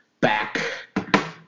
back